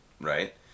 right